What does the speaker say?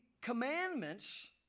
commandments